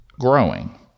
growing